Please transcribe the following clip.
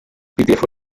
telefoni